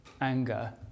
Anger